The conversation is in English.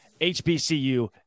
HBCU